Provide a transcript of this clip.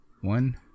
One